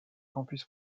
campus